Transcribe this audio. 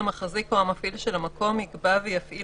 המחזיק או המפעיל של המקום יקבע ויפעיל